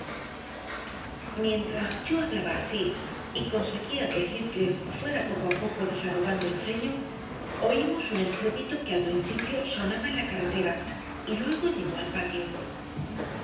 mientras yo hablaba así y conseguía que heathcliff fuese poco a poco desarrugando el ceño oímos un estrépito que al principio sonaba en la carretera y luego llegó al patio